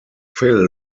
phil